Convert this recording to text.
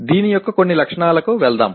దీని యొక్క కొన్ని లక్షణాలకు వెళ్దాం